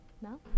No